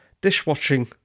dishwashing